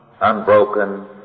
unbroken